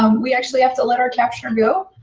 um we actually have to let our captioner go.